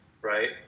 Right